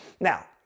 Now